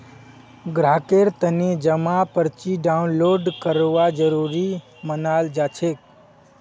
ग्राहकेर तने जमा पर्ची डाउनलोड करवा जरूरी मनाल जाछेक